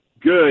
Good